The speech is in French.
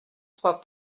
trois